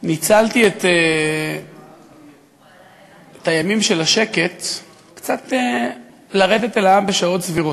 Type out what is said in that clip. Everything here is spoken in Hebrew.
ניצלתי את הימים של השקט לרדת קצת אל העם בשעות סבירות.